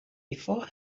before